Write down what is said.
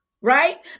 right